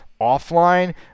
offline